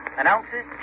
announces